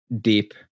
deep